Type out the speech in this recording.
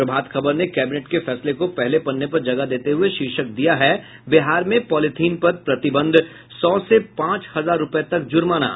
प्रभात खबर ने कैबिनेट के फैसले को पहले पन्ने पर जगह देते हये शीर्षक दिया है बिहार में पॉलीथिन पर प्रतिबंध सौ से पांच हजार रूपये तक जुर्माना